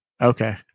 okay